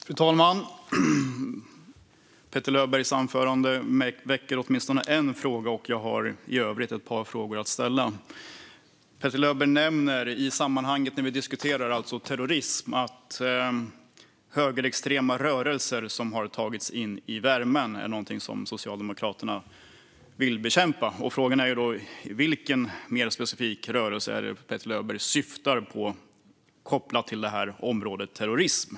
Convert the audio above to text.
Fru talman! Petter Löbergs anförande väcker åtminstone en fråga. Jag har i övrigt ännu ett par frågor att ställa. Petter Löberg nämner i sammanhanget, när vi diskuterar terrorism, att högerextrema rörelser som tagits in i värmen är någonting som Socialdemokraterna vill bekämpa. Frågan är vilken specifik rörelse det är Petter Löberg syftar på kopplat till området terrorism.